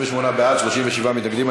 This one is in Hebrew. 28 בעד, 37 מתנגדים.